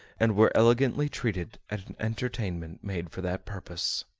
and were elegantly treated at an entertainment made for that purpose.